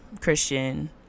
Christian